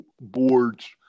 boards